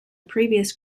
previous